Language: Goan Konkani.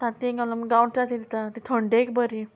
तांती घालून गांवटी तांती दिता ती थंडेक बरी